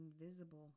invisible